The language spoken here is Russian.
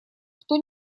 кто